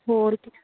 ਹੋਰ